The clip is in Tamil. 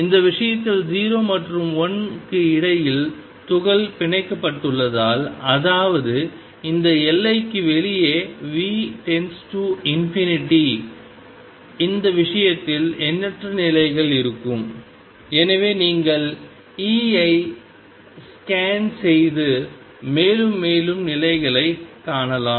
இந்த விஷயத்தில் 0 மற்றும் l க்கு இடையில் துகள் பிணைக்கப்பட்டுள்ளதால் அதாவது இந்த எல்லைக்கு வெளியே V→∞ இந்த விஷயத்தில் எண்ணற்ற நிலைகள் இருக்கும் எனவே நீங்கள் E ஐ ஸ்கேன் செய்து மேலும் மேலும் நிலைகளைக் காணலாம்